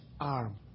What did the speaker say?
arm